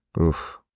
oof